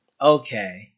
Okay